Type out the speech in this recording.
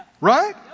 Right